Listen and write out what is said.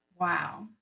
Wow